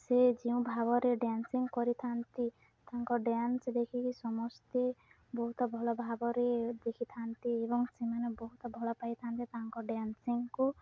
ସେ ଯେଉଁ ଭାବରେ ଡ୍ୟାନ୍ସିଂ କରିଥାନ୍ତି ତାଙ୍କ ଡ୍ୟାନ୍ସ ଦେଖିକି ସମସ୍ତେ ବହୁତ ଭଲ ଭାବରେ ଦେଖିଥାନ୍ତି ଏବଂ ସେମାନେ ବହୁତ ଭଲପାଇଥାନ୍ତି ତାଙ୍କ ଡ୍ୟାନ୍ସିଂକୁ